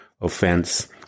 offense